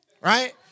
right